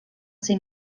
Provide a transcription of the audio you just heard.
ser